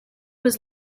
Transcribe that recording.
was